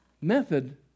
method